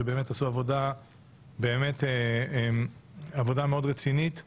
שבאמת עשו עבודה מאוד רצינית ומסורה.